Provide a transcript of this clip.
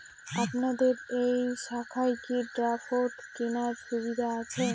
আপনাদের এই শাখায় কি ড্রাফট কেনার সুবিধা আছে?